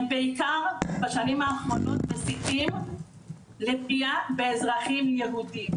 הם בעיקר בשנים האחרונות מסיתים לפגיעה באזרחים יהודים,